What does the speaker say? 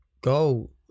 go